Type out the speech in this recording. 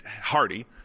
Hardy